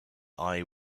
eye